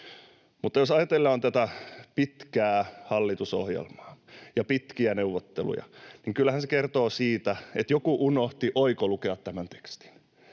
Mutta jos ajatellaan tätä pitkää hallitusohjelmaa ja pitkiä neuvotteluja, niin kyllähän se kertoo siitä, että joku unohti oikolukea tämän tekstin.